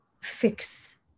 fix